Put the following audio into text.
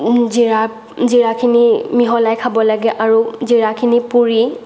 জিৰা জিৰাখিনি মিহলাই খাব লাগে আৰু জিৰাখিনি পুৰি